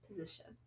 Position